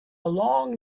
long